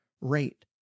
rate